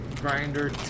Grinder